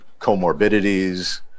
comorbidities